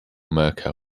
mirco